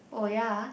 oh ya